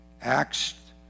Acts